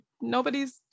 nobody's